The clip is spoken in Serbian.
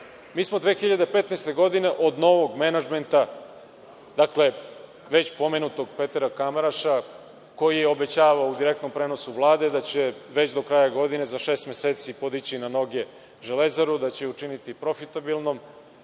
smo 2015. godine, od novog menadžmenta, dakle, već pomenutog Petera Kamaraša, koji je obećavao u direktnom prenosu Vlade da će već do kraja godine, za šest meseci, podići na noge Železaru, da će je učiniti profitabilnom,